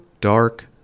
Dark